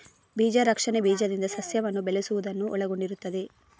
ಬೀಜ ರಕ್ಷಣೆ ಬೀಜದಿಂದ ಸಸ್ಯವನ್ನು ಬೆಳೆಸುವುದನ್ನು ಒಳಗೊಂಡಿರುತ್ತದೆ